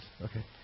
Okay